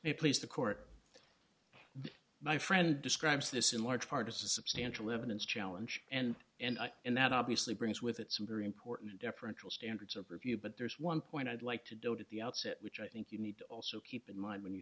a please the court my friend describes this in large part a substantial evidence challenge and and and that obviously brings with it some very important deferential standards of review but there's one point i'd like to do it at the outset which i think you need to also keep in mind when you